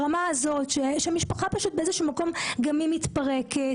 זה ברמה הזאת שמשפחה באיזשהו מקום גם מתפרקת,